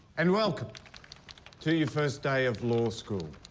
and welcome to your first day of law school.